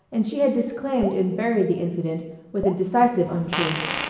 and she had disclaimed and buried the incident with a decisive untruth.